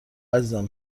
عزیزم